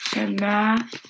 math